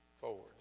forward